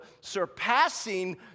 surpassing